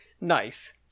nice